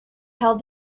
held